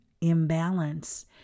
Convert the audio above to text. imbalance